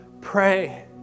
pray